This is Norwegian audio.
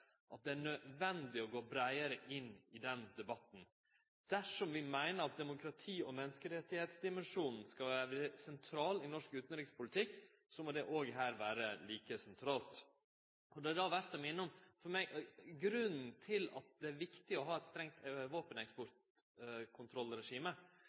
at det er nødvendig å gå breiare inn i den debatten. Dersom vi meiner at demokrati- og menneskerettsdimensjonen skal vere sentral i norsk utanrikspolitikk, må det òg her vere like sentralt. Det er verdt å minne om at grunnen til at det er viktig å ha eit strengt